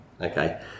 Okay